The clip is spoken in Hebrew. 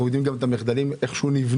אנחנו יודעים גם על המחדלים, על איך שהוא נבנה.